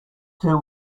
two